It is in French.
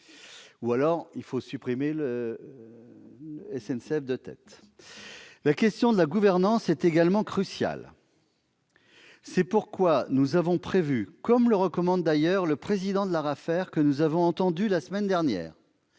il n'y aurait plus de concurrence. La question de la gouvernance est également cruciale. C'est pourquoi nous avons prévu, comme le recommande d'ailleurs le président de l'ARAFER, que nous avons entendu la semaine dernière,